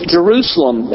Jerusalem